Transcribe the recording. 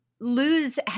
lose